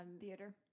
theater